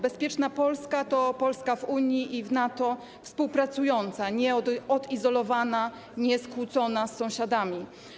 Bezpieczna Polska to Polska w Unii i w NATO, współpracująca, nieodizolowana, nieskłócona z sąsiadami.